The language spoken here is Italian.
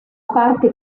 parte